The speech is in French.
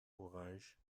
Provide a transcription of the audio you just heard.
orange